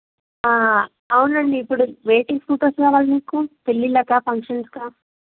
అవునండి ఇప్పుడు వేటికి షూట్ కావాలి మీకు పెళ్ళిళ్ళకా ఫంక్షన్స్కా